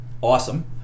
Awesome